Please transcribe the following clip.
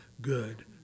good